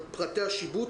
פרטי השיבוץ,